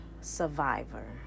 survivor